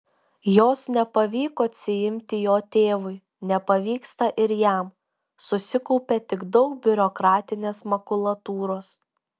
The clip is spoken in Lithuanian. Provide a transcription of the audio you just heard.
jos nepavyko atsiimti jo tėvui nepavyksta ir jam susikaupia tik daug biurokratinės makulatūros